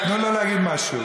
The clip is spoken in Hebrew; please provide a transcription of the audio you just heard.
תנו לו להגיד משהו.